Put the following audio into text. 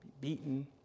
beaten